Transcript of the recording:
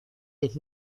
diez